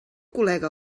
col·lega